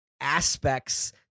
aspects